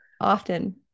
often